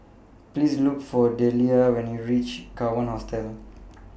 Please Look For Dellia when YOU REACH Kawan Hostel